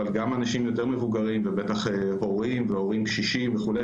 אבל גם אנשים יותר מבוגרים ובטח הורים והורים קשישים וכו'.